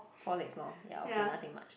four legs loh ya okay nothing much